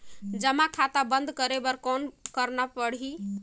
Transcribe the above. जमा खाता बंद करे बर कौन करना पड़ही?